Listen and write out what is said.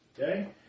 Okay